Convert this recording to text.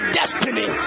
destiny